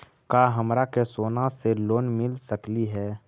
का हमरा के सोना से लोन मिल सकली हे?